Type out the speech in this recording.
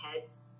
heads